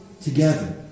together